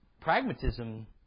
Pragmatism